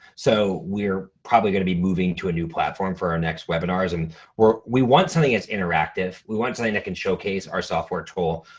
so we're probably gonna be moving to a new platform for our next webinars um and we want something that's interactive. we want something that can showcase our software tool.